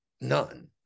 none